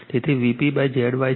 તેથી VP Z Y છે